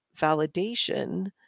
validation